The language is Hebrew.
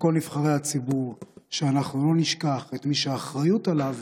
לכל נבחרי הציבור שאנחנו לא נשכח את מי שהאחריות עליו